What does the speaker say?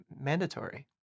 mandatory